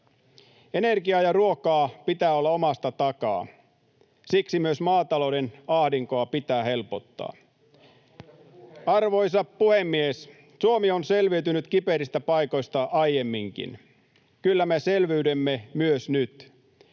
Energiaa ja ruokaa pitää olla omasta takaa. Siksi myös maatalouden ahdinkoa pitää helpottaa. [Perussuomalaisten ryhmästä: Onko muita kuin puheita?] Arvoisa puhemies! Suomi on selviytynyt kiperistä paikoista aiemminkin. Kyllä me selviydymme myös nyt.